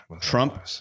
Trump